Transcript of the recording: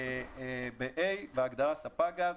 בסעיף (ה), בהגדרת ספק גז,